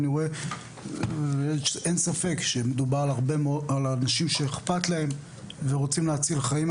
ואין ספק שמדובר על אנשים שאכפת להם ורוצים להציל חיים.